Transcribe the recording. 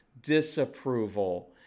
disapproval